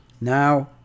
Now